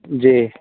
जी